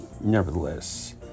nevertheless